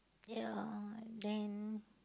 ya then